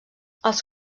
els